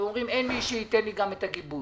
ואומרים אין מי שייתן לי גם את הגיבוי.